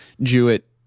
Jewett